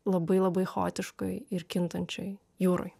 labai labai chaotiškoj ir kintančioj jūroj